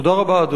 תודה רבה.